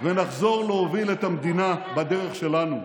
ונחזור להוביל את המדינה בדרך שלנו,